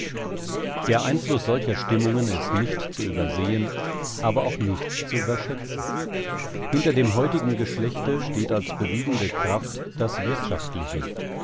der einfluß solcher stimmungen ist nicht zu übersehen aber auch nicht zu überschätzen hinter dem heutigen geschlechte steht als bewegende kraft das wirtschaftliche